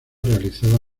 realizada